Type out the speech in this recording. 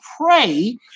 pray